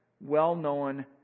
well-known